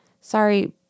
Sorry